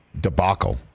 debacle